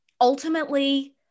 ultimately